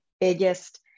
biggest